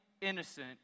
innocent